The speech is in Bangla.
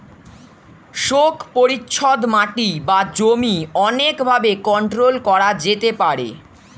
শোক পরিচ্ছদ মাটি বা জমি অনেক ভাবে কন্ট্রোল করা যেতে পারে